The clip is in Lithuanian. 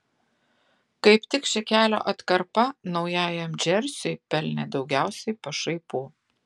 kaip tik ši kelio atkarpa naujajam džersiui pelnė daugiausiai pašaipų